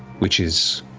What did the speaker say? which is.